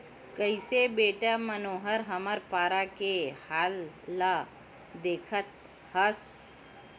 कइसे बेटा मनोहर हमर पारा के हाल ल देखत हस